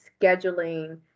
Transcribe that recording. scheduling